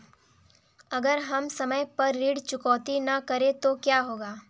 अगर हम समय पर ऋण चुकौती न करें तो क्या होगा?